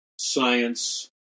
science